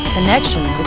Connection